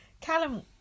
Callum